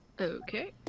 Okay